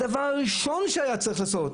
הדבר הראשון שהיה צריך לעשות,